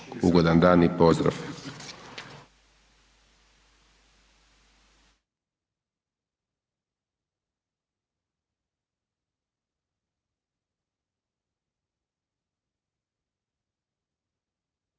ugodan dan i pozdrav.